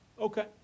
Okay